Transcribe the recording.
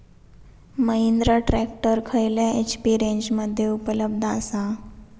Mahindra tractor खयल्या HP रेंजमध्ये उपलब्ध आसा?